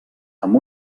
amb